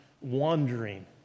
wandering